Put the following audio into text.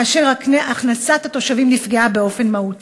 כאשר הכנסת התושבים נפגעה באופן מהותי?